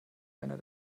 einer